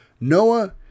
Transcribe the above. Noah